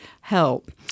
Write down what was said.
help